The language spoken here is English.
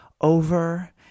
over